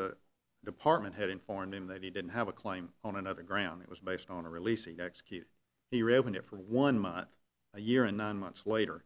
the department had informed him that he didn't have a claim on another ground it was based on a releasing execute the revenue for one month a year and nine months later